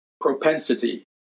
propensity